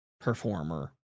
performer